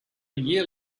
year